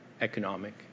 economic